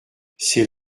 c’est